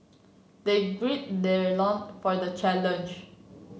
they gird their loin for the challenge